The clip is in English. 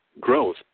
growth